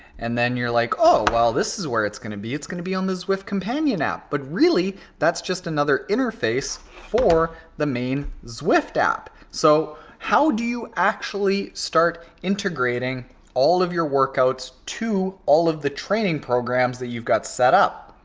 and then you're like, oh. well this is where it's going to be. it's gonna be on the zwift companion app but really, that's just another interface for the main zwift app. so, how do you actually start integrating all of your workouts to all of the training programs that you've got set up?